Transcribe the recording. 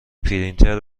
پرینتر